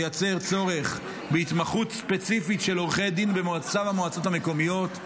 הוא מייצר צורך בהתמחות ספציפית של עורכי דין במועצות המקומיות,